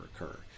occur